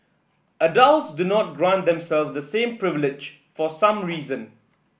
adults do not grant themselves the same privilege for some reason